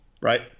right